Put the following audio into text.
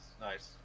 nice